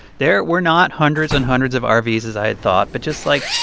there were not hundreds and hundreds of ah rvs as i had thought but just, like,